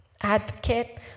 advocate